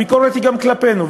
הביקורת היא גם כלפינו.